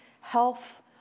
health